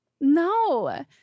No